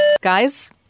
Guys